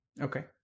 Okay